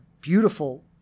beautiful